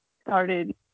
started